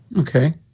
Okay